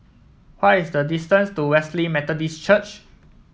what is the distance to Wesley Methodist Church